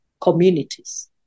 communities